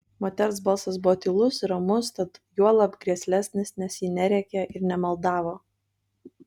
moters balsas buvo tylus ir ramus tad juolab grėslesnis nes ji nerėkė ir nemaldavo